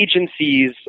agencies